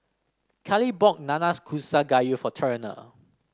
Cali bought Nanakusa Gayu for Turner